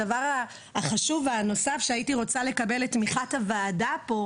הדבר החשוב והנוסף שלגביו הייתי רוצה לקבל את תמיכת הוועדה פה,